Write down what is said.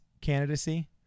candidacy